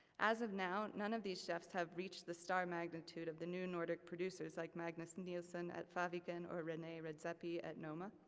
as of now, none of these chefs have reached the star magnitude of the new nordic producers like magnus nilsson at faviken, or rene redzepi at noma.